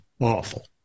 awful